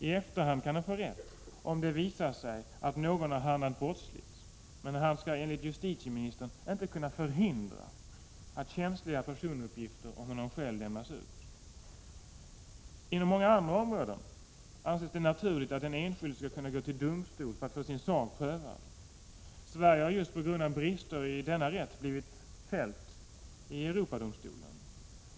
I efterhand kan han få rätt, om det visar sig att någon har handlat brottsligt, men han skall enligt justitieministern inte kunna förhindra att känsliga personuppgifter om honom själv lämnas ut. Inom många andra områden anses det naturligt att den enskilde skall kunna gå till domstol för att få sin sak prövad. Sverige har just på grund av brister i denna rätt blivit fälld i Europadomstolen.